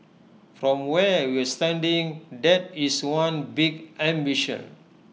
from where we're standing that is one big ambition